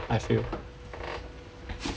I feel